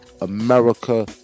America